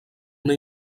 una